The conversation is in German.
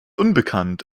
unbekannt